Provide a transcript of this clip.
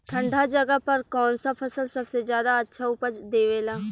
ठंढा जगह पर कौन सा फसल सबसे ज्यादा अच्छा उपज देवेला?